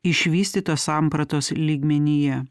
išvystytos sampratos lygmenyje